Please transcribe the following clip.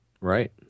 Right